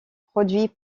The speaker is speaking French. produit